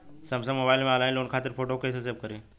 Samsung mobile में online loan खातिर photo कैसे सेभ करीं?